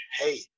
hey